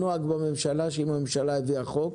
הנוהג בממשלה הוא שאם הממשלה הביאה חוק